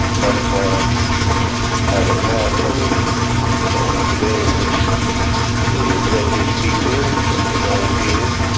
but i've admired him for the way in which he led his people over a long period.